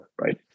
right